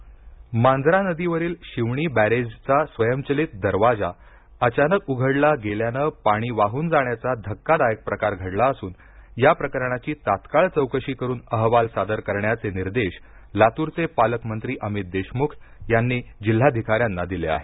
Shivni barrage Manjra नदी वरील शिवणी बॅरेजचा स्वंयचलीत दरवाजा अचानक उघडला गेल्यानं पाणी वाहून जाण्याचा धक्कादायक प्रकार घडला असून या प्रकरणाची तात्काळ चौकशी करून अहवाल सादर करण्याचे निर्देश लातूरचे पालकमंत्री अमित देशमुख यांनी जिल्हाधिकाऱ्यांना दिले आहेत